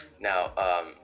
Now